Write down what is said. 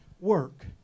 Work